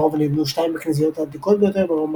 ברובע נבנו שתיים מהכנסיות העתיקות ביותר ברומא